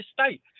state